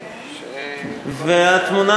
והתמונה,